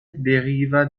deriva